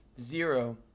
Zero